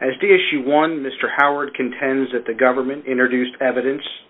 as the issue one mr howard contends that the government introduced evidence